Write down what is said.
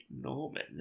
Norman